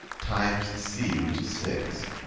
times c, which is six.